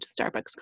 Starbucks